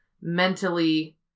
mentally